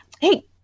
Hey